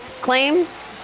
claims